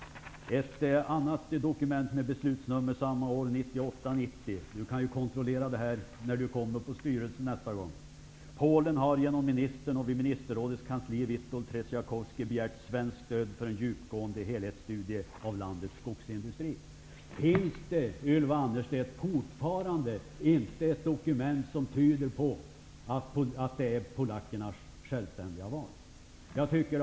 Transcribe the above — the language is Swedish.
från samma år -- Ylva Annerstedt kan kontrollera detta hos styrelsen -- framgår följande: ''Polen har genom ministern vid ministerrådets kansli, Witold Trzeciakowski, begärt svenskt stöd för en djupgående helhetsstudie av landets skogsindustri.'' Finns det, Ylva Annerstedt, fortfarande inte något dokument som tyder på att det här är ett självständigt val från Polens sida?